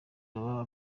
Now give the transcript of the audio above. baba